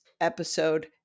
episode